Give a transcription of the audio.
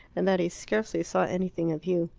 and that he scarcely saw anything of you.